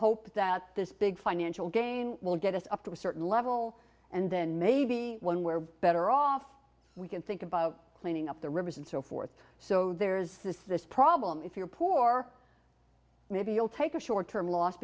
hope that this big financial gain will get us up to a certain level and then maybe one where better off we can think about cleaning up the rivers and so forth so there is this this problem if you're poor maybe you'll take a short term los